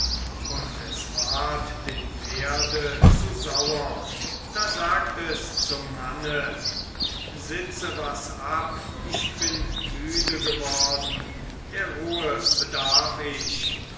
und es ward dem pferde zu sauer da sagt es zum manne sitze was ab ich bin müde geworden der ruhe bedarf ich